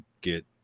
get